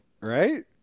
Right